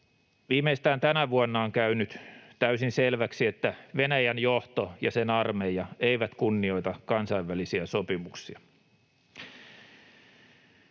Viimeistään tänä vuonna on käynyt täysin selväksi, että Venäjän johto ja sen armeija eivät kunnioita kansainvälisiä sopimuksia.